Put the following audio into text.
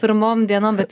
pirmom dienom bet